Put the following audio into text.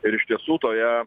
ir iš tiesų toje